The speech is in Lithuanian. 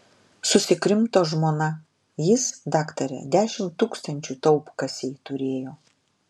susikrimto žmona jis daktare dešimt tūkstančių taupkasėj turėjo